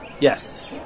Yes